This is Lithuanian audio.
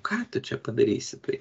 ką tu čia padarysi tai